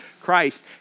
Christ